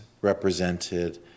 represented